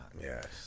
Yes